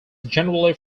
generally